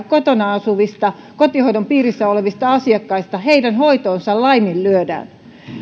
kotona asuvista kotihoidon piirissä olevista asiakkaista hoito laiminlyödään